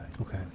Okay